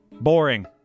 Boring